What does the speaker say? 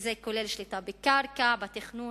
שזה כולל שליטה בקרקע, בתכנון,